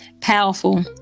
powerful